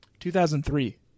2003